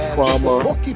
trauma